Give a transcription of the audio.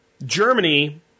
Germany